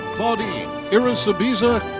claudine irasubiza.